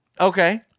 Okay